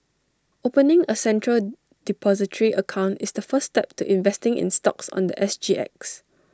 opening A central Depository account is the first step to investing in stocks on The S G X